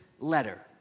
letter